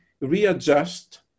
readjust